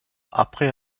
après